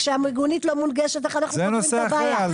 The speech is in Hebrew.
כשהמיגונית לא מונגשת איך אנחנו פותרים את הבעיה?